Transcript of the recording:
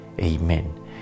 Amen